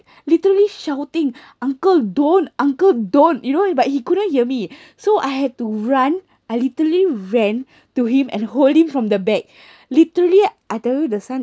literally shouting uncle don't uncle don't you know but he couldn't hear me so I had to run I literally ran to him and hold him from the back literally I tell you the son